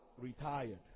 retired